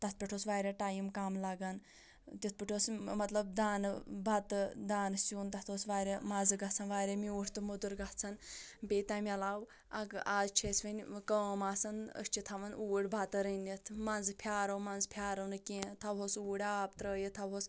تتھ پٮ۪ٹھ اوس واریاہ ٹایم کم لگان تِتھ پٲٹھۍ اوس مطلب دانہٕ بَتہٕ دانہٕ سیٛن تتھ سُہ اوس واریاہ مَزٕ گَژھان واریاہ میٛوٗٹھ تہٕ موٚدُر گَژھان بیٚیہِ تَمہِ عَلاو آز چھِ اسہِ وۄنۍ کٲم آسان أسۍ چھِ تھاوان اوٗڑۍ بَتہٕ رٔنِتھ مَنٛزٕ پھیٛارُو مَنٛزٕ پھیٛارُو نہٕ کیٚنٛہہ تھاوہوس اوٗڑۍ آب ترٛٲیِتھ تھاوہوس